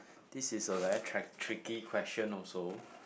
this is a very track~ tricky question also